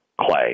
Clay